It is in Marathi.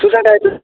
तुझा काय